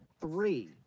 three